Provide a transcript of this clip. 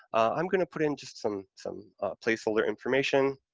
i'm going to put in just some some placeholder information.